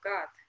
God